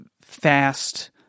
fast